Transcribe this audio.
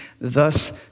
thus